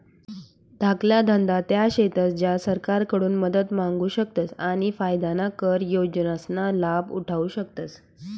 धाकला धंदा त्या शेतस ज्या सरकारकडून मदत मांगू शकतस आणि फायदाना कर योजनासना लाभ उठावु शकतस